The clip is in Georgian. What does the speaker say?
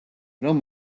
რომ